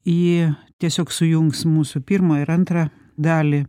ji tiesiog sujungs mūsų pirmą ir antrą dalį